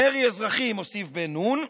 מרי אזרחי, מוסיף בן נון,